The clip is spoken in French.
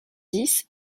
dix